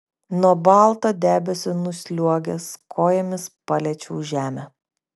nuo balto debesio nusliuogęs kojomis paliečiau žemę